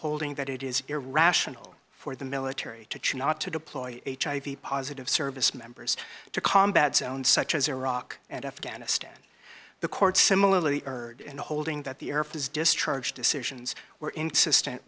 holding that it is irrational for the military to choose not to deploy hiv positive service members to combat zones such as iraq and afghanistan the court similarly urged in the holding that the air force discharge decisions were inconsistent